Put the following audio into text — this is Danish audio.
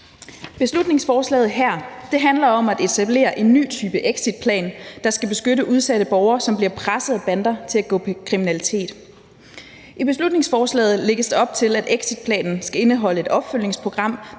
Beslutningsforslaget her handler om at etablere en ny type exitplan, der skal beskytte udsatte borgere, som bliver presset af bander til at begå kriminalitet. I beslutningsforslaget lægges der op til, at exitplanen skal indeholde et opfølgningsprogram,